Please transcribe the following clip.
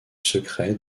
secrets